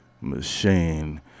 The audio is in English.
machine